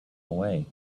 away